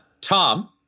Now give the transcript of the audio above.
Tom